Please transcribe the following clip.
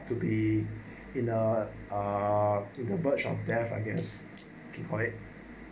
to be in uh uh in the verge of death I guess can quiet